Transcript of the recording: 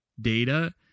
Data